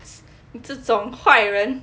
这种坏人